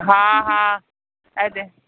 हा हा